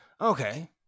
Okay